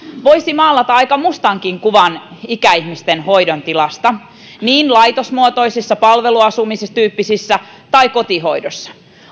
voisi maalata aika mustankin kuvan ikäihmisten hoidon tilasta niin laitosmuotoisessa palveluasumistyyppisessä kuin kotihoidossa